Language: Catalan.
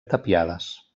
tapiades